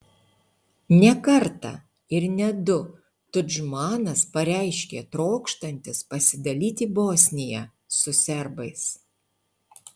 ne kartą ir ne du tudžmanas pareiškė trokštantis pasidalyti bosniją su serbais